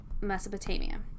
Mesopotamia